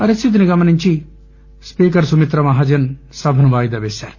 పరిస్థితిని గమనించిన స్పీకర్ సుమిత్రా మహాజన్ సభను వాయిదా పేశారు